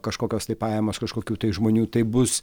kažkokios tai pajamos kažkokių tai žmonių tai bus